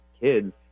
kids